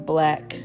Black